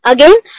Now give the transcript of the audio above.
Again